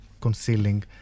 concealing